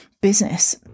business